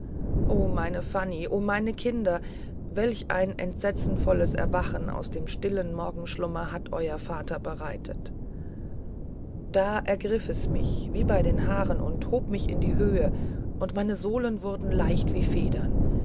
o meine fanny o meine kinder welch ein entsetzenvolles erwachen aus dem stillen morgenschlummer hat euer vater bereitet da ergriff es mich wie bei den haaren und hob mich in die höhe und meine sohlen wurden leicht wie federn